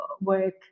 work